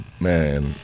man